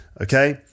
Okay